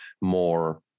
more